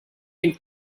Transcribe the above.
and